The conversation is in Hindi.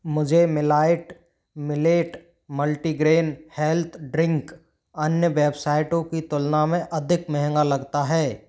मुझे मिलाइट मिलेट मल्टीग्रैन हेल्थ ड्रिंक अन्य वेबसाइटों की तुलना में अधिक महंगा लगता है